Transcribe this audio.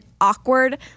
awkward